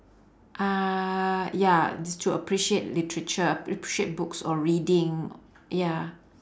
uh ya it's to appreciate literature appreciate books or reading ya